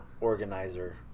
organizer